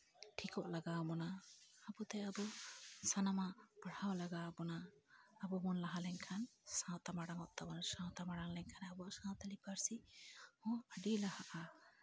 ᱴᱷᱤᱠᱚᱜ ᱞᱟᱜᱟᱣ ᱵᱚᱱᱟ ᱟᱵᱚᱛᱮ ᱟᱵᱚ ᱥᱟᱱᱟᱢᱟᱜ ᱯᱟᱲᱦᱟᱣ ᱞᱟᱜᱟᱣ ᱵᱚᱱᱟ ᱟᱵᱚ ᱵᱚᱱ ᱞᱟᱦᱟ ᱞᱮᱱᱠᱷᱟᱱ ᱥᱟᱶᱛᱟ ᱢᱟᱲᱟᱝ ᱚᱜ ᱛᱟᱵᱚᱱᱟ ᱥᱟᱶᱛᱟ ᱢᱟᱲᱟᱝ ᱞᱮᱱᱠᱷᱟᱱ ᱟᱵᱚᱣᱟᱜ ᱥᱟᱶᱛᱟᱞᱤ ᱯᱟᱹᱨᱥᱤ ᱦᱚᱸ ᱟᱹᱰᱤ ᱞᱟᱦᱟᱜᱼᱟ